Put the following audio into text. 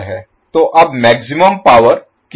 तो अब maximum power कितनी ट्रांसफर होने वाली है